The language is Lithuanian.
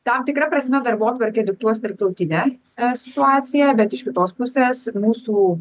tam tikra prasme darbotvarkė diktuos tarptautinę a situaciją bet iš kitos pusės mūsų